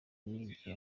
n’igihe